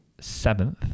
seventh